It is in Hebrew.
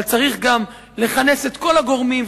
אבל צריך גם לכנס את כל הגורמים,